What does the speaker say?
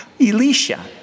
Elisha